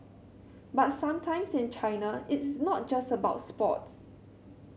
but sometimes in China it's not just about sports